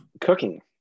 Cooking